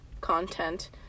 content